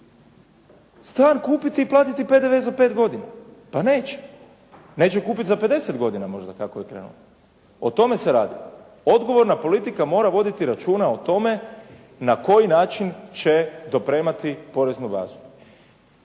stvar kupiti i platiti PDV za 5 godina. Pa neće. Neće kupiti za 50 godina možda kako je krenulo. O tome se radi. Odgovorna politika mora voditi računa o tome na koji način će dopremati poreznu